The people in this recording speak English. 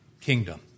kingdom